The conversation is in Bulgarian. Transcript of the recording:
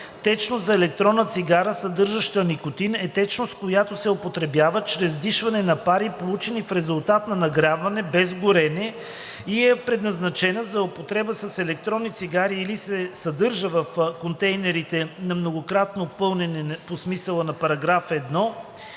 „Течност за електронна цигара, съдържаща никотин“ е течност, която се употребява чрез вдишване на пари, получени в резултат на нагряване, без горене, и е предназначена за употреба с електронни цигари или се съдържа в контейнерите за многократно пълнене по смисъла на § 1,